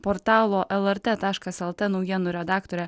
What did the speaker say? portalo lrt taškas lt naujienų redaktorė